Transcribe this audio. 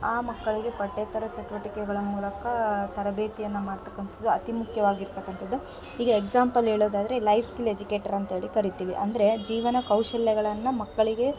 ಆ ಮಕ್ಕಳಿಗೆ ಪಠ್ಯೇತರ ಚಟ್ವಟಿಕೆಗಳ ಮೂಲಕ ತರಬೇತಿಯನ್ನು ಮಾಡ್ತಕ್ಕಂಥದ್ದು ಅತೀ ಮುಖ್ಯವಾಗಿರ್ತಕ್ಕಂಥದ್ದು ಈಗ ಎಕ್ಸಾಮ್ಪಲ್ ಹೇಳೋದಾದ್ರೆ ಲೈಫ್ಸ್ಕಿಲ್ ಎಜುಕೇಟ್ರ್ ಅಂತ್ಹೇಳಿ ಕರಿತೀವಿ ಅಂದರೆ ಜೀವನ ಕೌಶಲ್ಯಗಳನ್ನು ಮಕ್ಕಳಿಗೆ